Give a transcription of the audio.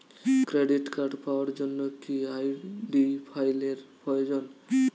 Credit card পাওয়ার জন্য কি আই.ডি ফাইল এর প্রয়োজন?